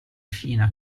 fina